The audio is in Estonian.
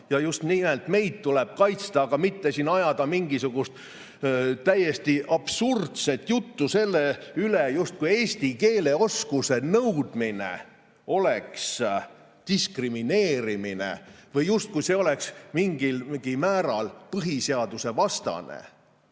ja just nimelt meid tuleb kaitsta, aga mitte siin ajada mingisugust täiesti absurdset juttu sellest, justkui eesti keele oskuse nõudmine oleks diskrimineerimine või justkui see oleks mingil määral põhiseadusevastane.